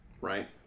Right